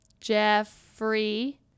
Jeffrey